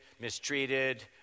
mistreated